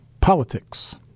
politics